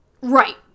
Right